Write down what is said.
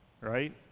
Right